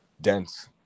dense